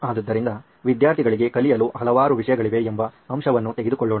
ಆದ್ದರಿಂದ ವಿದ್ಯಾರ್ಥಿಗಳಿಗೆ ಕಲಿಯಲು ಹಲವಾರು ವಿಷಯಗಳಿವೆ ಎಂಬ ಅಂಶವನ್ನು ತೆಗೆದುಕೊಳ್ಳೋಣ